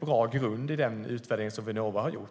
bra grund i den utvärdering som Vinnova har gjort.